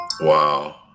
wow